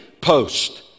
post